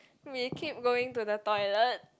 we keep going to the toilet